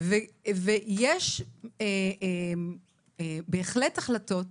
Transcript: יש בהחלט החלטות